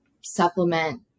supplement